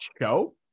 Show